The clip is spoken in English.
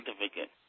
certificate